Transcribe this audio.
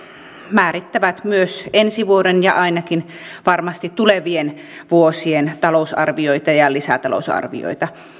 määrittävät myös ensi vuoden ja varmasti ainakin tulevien vuosien talousarvioita ja lisätalousarvioita